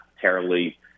terribly